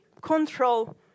control